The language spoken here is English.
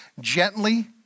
gently